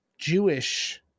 Jewish